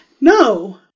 No